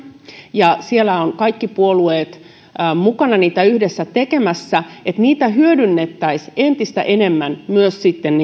ja siellä ovat kaikki puolueet mukana niitä yhdessä tekemässä niin niitä hyödynnettäisiin entistä enemmän myös sitten